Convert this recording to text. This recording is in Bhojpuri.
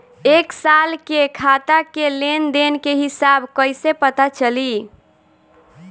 एक साल के खाता के लेन देन के हिसाब कइसे पता चली?